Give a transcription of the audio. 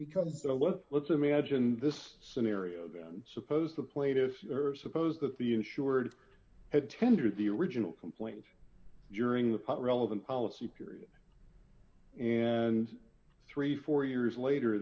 become let's let's imagine this scenario then supposed to play to suppose that the insured had tendered the original complaint during the pot relevant policy period and thirty four years later